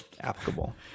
applicable